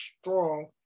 strong